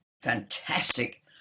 fantastic